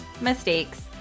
mistakes